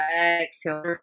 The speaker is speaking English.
Exhale